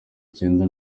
cyenda